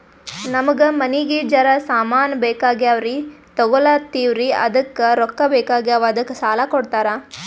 ನಮಗ ಮನಿಗಿ ಜರ ಸಾಮಾನ ಬೇಕಾಗ್ಯಾವ್ರೀ ತೊಗೊಲತ್ತೀವ್ರಿ ಅದಕ್ಕ ರೊಕ್ಕ ಬೆಕಾಗ್ಯಾವ ಅದಕ್ಕ ಸಾಲ ಕೊಡ್ತಾರ?